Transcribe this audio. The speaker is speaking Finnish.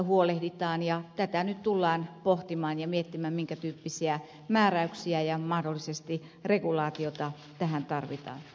tätä nyt tullaan pohtimaan ja miettimään minkä tyyppisiä määräyksiä ja mahdollisesti regulaatiota tähän tarvita